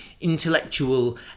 intellectual